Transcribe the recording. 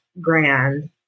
grand